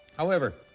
however,